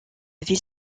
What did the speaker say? ville